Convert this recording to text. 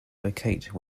locate